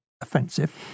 offensive